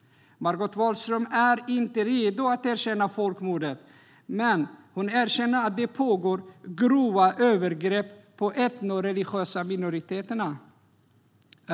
Margot Wallström är inte redo att erkänna folkmordet, men hon erkänner att det pågår grova övergrepp på etnoreligiösa minoriteter.